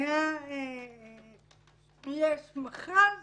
יש מכרז